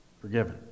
forgiven